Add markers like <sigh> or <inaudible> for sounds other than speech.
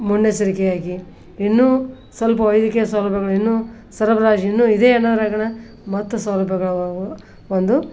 ಮುನ್ನೆಚರಿಕೆಯಾಗಿ ಇನ್ನೂ ಸ್ವಲ್ಪ ವೈದ್ಯಕೀಯ ಸೌಲಭ್ಯಗಳು ಇನ್ನೂ ಸರಬರಾಜು ಇನ್ನೂ ಇದೆ <unintelligible> ಮತ್ತು ಸೌಲಭ್ಯಗಳವು ಒಂದು